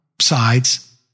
sides